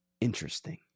Interesting